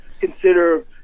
consider